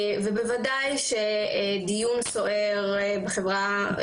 ובוודאי שדיון סוער בחברה,